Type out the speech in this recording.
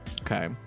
okay